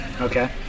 okay